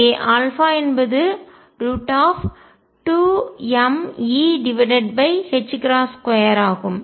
இங்கே என்பது √ஆகும்